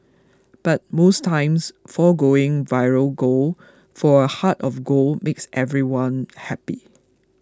but most times foregoing viral gold for a heart of gold makes everyone happy